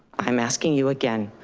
i'm asking you again,